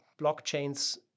blockchains